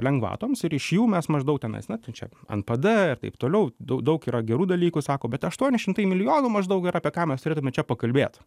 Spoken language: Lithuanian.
lengvatoms ir iš jų mes maždaug tenais ten čia npd ir taip toliau daug yra gerų dalykų sako bet aštuoni šimtai milijonų maždaug yra apie ką mes turėtume čia pakalbėt